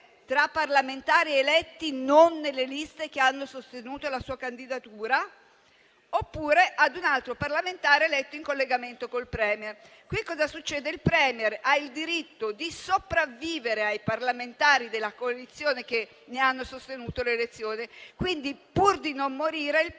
tra parlamentari eletti non nelle liste che hanno sostenuto la sua candidatura oppure un altro parlamentare eletto in collegamento col *Premier*. Qui cosa succede? Il *Premier* ha il diritto di sopravvivere ai parlamentari della coalizione che ne hanno sostenuto l'elezione. Quindi, pur di non morire, il *Premier*